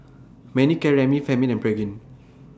Manicare Remifemin and Pregain